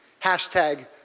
Hashtag